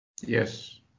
Yes